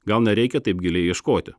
gal nereikia taip giliai ieškoti